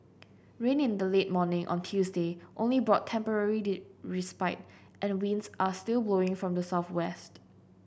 rain in the late morning on Tuesday only brought temporary respite and winds are still blowing from the southwest